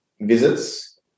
visits